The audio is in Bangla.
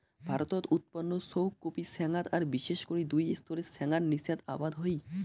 ভারতত উৎপন্ন সৌগ কফি ছ্যাঙাত আর বিশেষ করি দুই স্তরের ছ্যাঙার নীচাত আবাদ হই